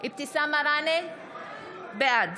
אבתיסאם מראענה, בעד